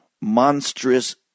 monstrous